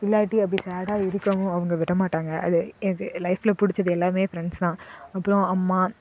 இல்லாட்டி அப்படி சேடாக இருக்கவும் அவங்க விடமாட்டாங்க லைஃப்பில் பிடிச்சது எல்லாமே ஃப்ரண்ட்ஸ் தான் அப்புறம் அம்மா